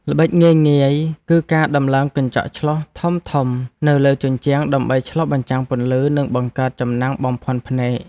ល្បិចងាយៗគឺការដំឡើងកញ្ចក់ឆ្លុះធំៗនៅលើជញ្ជាំងដើម្បីឆ្លុះបញ្ចាំងពន្លឺនិងបង្កើតចំណាំងបំភាន់ភ្នែក។